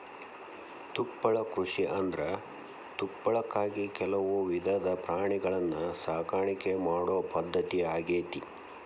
ತುಪ್ಪಳ ಕೃಷಿಯಂದ್ರ ತುಪ್ಪಳಕ್ಕಾಗಿ ಕೆಲವು ವಿಧದ ಪ್ರಾಣಿಗಳನ್ನ ಸಾಕಾಣಿಕೆ ಮಾಡೋ ಪದ್ಧತಿ ಆಗೇತಿ